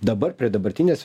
dabar prie dabartinės